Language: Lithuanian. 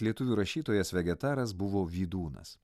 lietuvių rašytojas vegetaras buvo vydūnas